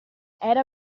era